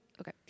okay